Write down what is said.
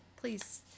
please